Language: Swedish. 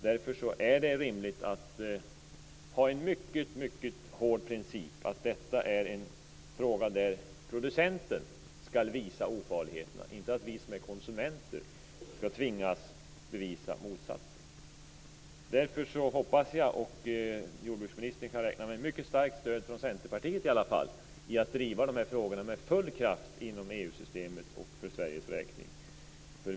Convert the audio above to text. Därför är det rimligt att ha en hård princip att det är producenten som skall visa ofarligheten. Det är inte vi konsumenter som skall tvingas bevisa motsatsen. Jordbruksministern kan räkna med ett starkt stöd från Centerpartiet i att driva frågorna med full kraft inom EU-systemet och för Sveriges räkning.